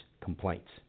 complaints